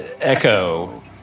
Echo